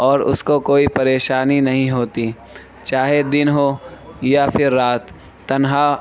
اور اس کو کوئی پریشانی نہیں ہوتی چاہے دن ہو یا پھر رات تنہا